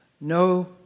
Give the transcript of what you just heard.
no